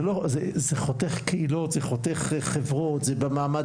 זה חותך קהילות; זה חותך חברות; זה במעמד